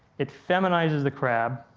it feminizes the crab